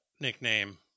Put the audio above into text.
nickname